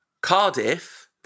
Cardiff